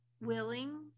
willing